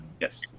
Yes